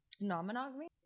non-monogamy